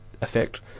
effect